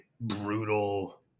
brutal